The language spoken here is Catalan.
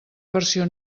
versió